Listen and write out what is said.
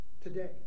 today